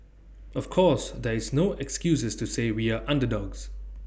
of course there is no excuses to say we are underdogs